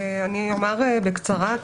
אני אומר בקצרה,